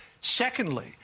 Secondly